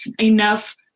enough